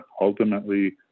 ultimately